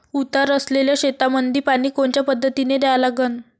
उतार असलेल्या शेतामंदी पानी कोनच्या पद्धतीने द्या लागन?